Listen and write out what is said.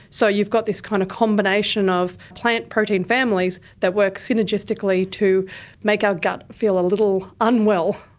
so you've got this kind of combination of plant protein families that work synergistically to make our gut feel a little unwell.